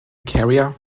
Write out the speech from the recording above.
carrier